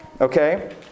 okay